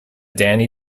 danny